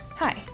Hi